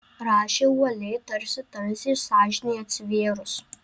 rašė uoliai tarsi tamsiai sąžinei atsivėrus